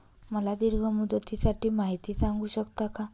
मला दीर्घ मुदतीसाठी माहिती सांगू शकता का?